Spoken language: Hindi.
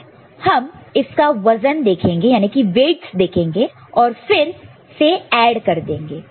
हम इसका वजनवेट weight देखेंगे और फिर से ऐड कर देंगे